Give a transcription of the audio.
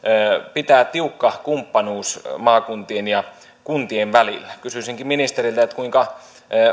pitää tiukka kumppanuus maakuntien ja kuntien välillä kysyisinkin ministeriltä kuinka